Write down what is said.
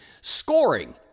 Scoring